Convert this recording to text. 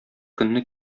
көнне